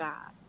God